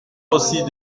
aussi